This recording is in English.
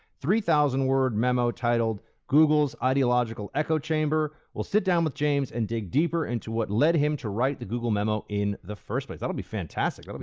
three thousand word memo titled google's ideological echo chamber. we'll sit down with james and dig deeper into what led him to write the google memo in the first place. that'll be fantastic.